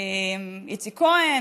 איציק כהן,